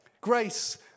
Grace